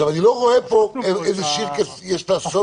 אני לא רואה איזה שירקעס יש לעשות